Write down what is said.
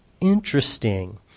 Interesting